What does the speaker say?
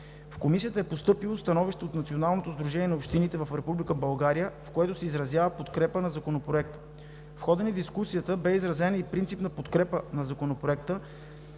В Комисията е постъпило становище от Националното сдружение на общините в Република България, в което се изразява подкрепа на Законопроекта. В хода на дискусията бе изразена принципна подкрепа на Законопроекта,